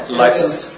license